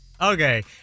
Okay